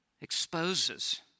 exposes